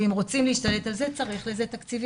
ואם רוצים להשתלט על זה, צריך לזה תקציבים.